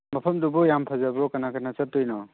ꯃꯐꯝꯗꯨꯕꯨ ꯌꯥꯝ ꯐꯖꯕ꯭ꯔꯣ ꯀꯅꯥ ꯀꯅꯥ ꯆꯠꯇꯣꯏꯅꯣ